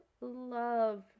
love